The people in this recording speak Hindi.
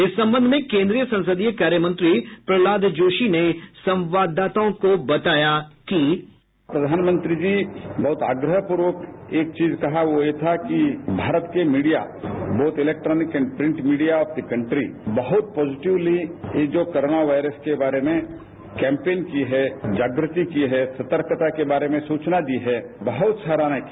इस संबंध में केन्द्रीय संसदीय कार्य मंत्री प्रह्लाद जोशी ने संवाददाताओं को बताया कि बाईट प्रह्लाद जोशी प्रधानमंत्री जी बहुत आग्रहपूर्वक एक चीज कहा वो ये था कि भारत की media both electronic and print media of the country positively पॉजिटिवली ये जो कोरोना वायरस के बारे में कैंपेन की है जागृति की हैसतर्कता के बारे में सूचना दी है बहुत सराहना की